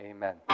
Amen